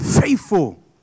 faithful